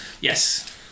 Yes